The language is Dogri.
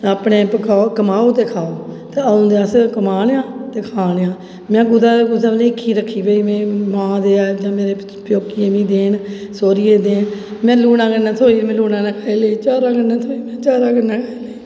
अपने पकाओ कमाओ ते खाओ ते अदूं दे अस कमा नेआं ते खा नेआं में कुदै निं कुदै निं हिक्खी रक्खी ही कि मां देऐ जां प्यौकियै बी देन सौह्रिये बी देन में लूनां कन्नै थ्होई में लूनां कन्नै खाई लेई चारा कन्नै थ्होई में चारा कन्नै खाई लेई